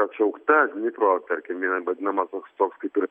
atšaukta dnipro tarkim jinai vadinamas toks kaip ir